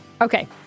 Okay